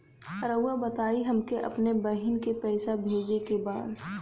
राउर बताई हमके अपने बहिन के पैसा भेजे के बा?